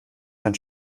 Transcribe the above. sein